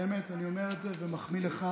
באמת, אני אומר את זה ומחמיא לך